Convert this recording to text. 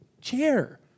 chair